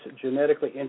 genetically